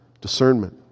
discernment